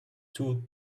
too